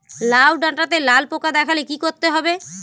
লাউ ডাটাতে লাল পোকা দেখালে কি করতে হবে?